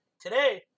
today